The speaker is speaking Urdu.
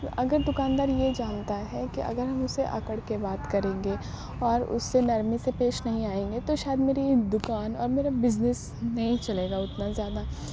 تو اگر دکاندار یہ جانتا ہے کہ اگر ہم اس سے اکڑ کے بات کریں گے اور اس سے نرمی سے پیش نہیں آئیں گے تو شاید میری دکان اور میرا بزنس نہیں چلے گا اتنا زیادہ